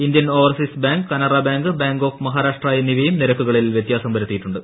Indian overseas bank Canara bank bank of Maharashtra എന്നിവയും നീരക്കുകളിൽ വ്യത്യാസം വരുത്തിയിട്ടുണ്ട്